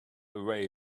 away